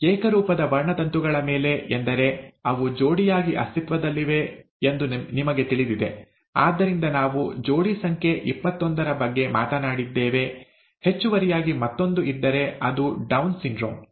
ಏಕರೂಪದ ವರ್ಣತಂತುಗಳ ಮೇಲೆ ಎಂದರೆ ಅವು ಜೋಡಿಯಾಗಿ ಅಸ್ತಿತ್ವದಲ್ಲಿವೆ ಎಂದು ನಿಮಗೆ ತಿಳಿದಿದೆ ಆದ್ದರಿಂದ ನಾವು ಜೋಡಿ ಸಂಖ್ಯೆ ಇಪ್ಪತ್ತೊಂದರ ಬಗ್ಗೆ ಮಾತನಾಡಿದ್ದೇವೆ ಹೆಚ್ಚುವರಿಯಾಗಿ ಮತ್ತೊಂದು ಇದ್ದರೆ ಅದು ಡೌನ್ ಸಿಂಡ್ರೋಮ್